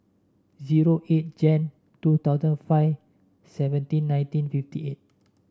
zero eight Jan two thousand five seventeen nineteen fifty eight